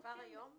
כבר היום?